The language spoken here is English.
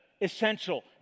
essential